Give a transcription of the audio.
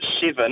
seven